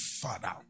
father